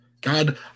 God